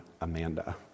Amanda